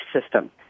system